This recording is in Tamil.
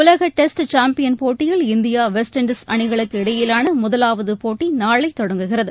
உலக டெஸ்ட் சாம்பியன் போட்டியில் இந்தியா வெஸ்ட் இன்டீஸ் அணிகளுக்கு இடையிலான முதலாவது போட்டி நாளை தொடங்குகிறது